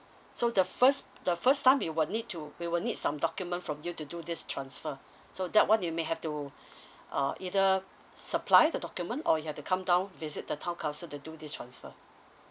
so the first the first time you will need to we will need some document from you to do this transfer so that one you may have to uh either supply the document or you have to come down visit the town council to do this transfer